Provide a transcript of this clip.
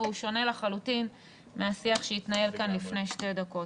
והוא שונה לחלוטין מהשיח שהתנהל כאן לפני שתי דקות.